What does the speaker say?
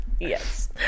Yes